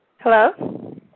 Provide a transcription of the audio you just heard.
Hello